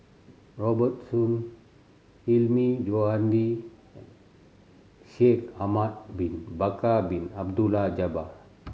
Robert Soon Hilmi Johandi and Shaikh Ahmad Bin Bakar Bin Abdullah Jabbar